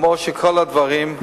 כמו כל הדברים,